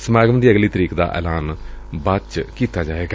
ਸਮਾਗਮ ਦੀ ਅਗਲੀ ਤਰੀਕ ਦੇ ਐਲਾਨ ਮਗਰੋਂ ਕੀਤਾ ਜਾਏਗਾ